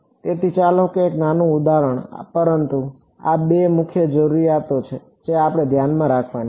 તેથી ચાલો એક નાનું ઉદાહરણ પરંતુ આ બે મુખ્ય જરૂરિયાતો છે જે આપણે ધ્યાનમાં રાખવાની છે